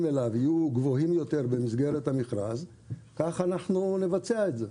אליו יהיו גבוהים יותר במסגרת המכרז כך אנחנו נבצע את זה.